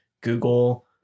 Google